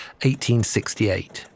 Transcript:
1868